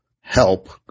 help